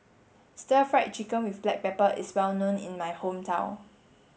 stir fried chicken with black pepper is well known in my hometown